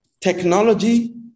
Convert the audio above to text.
technology